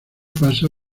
pasa